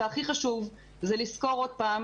והכי חשוב, זה לזכור עוד פעם